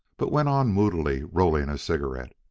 but went on moodily rolling a cigarette.